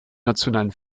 nationalen